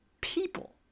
people